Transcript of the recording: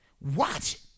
Watch